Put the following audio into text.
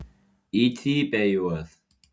į cypę juos